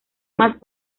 más